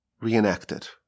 reenacted